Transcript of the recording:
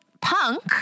punk